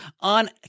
on